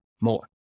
more